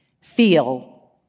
Feel